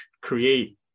create